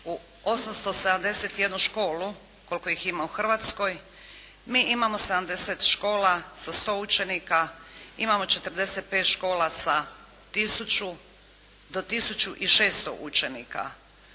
u 871 školu koliko ih ima u Hrvatskoj, mi imamo 70 škola sa 100 učenika, imamo 45 škola sa tisuću do tisuću 600 učenika.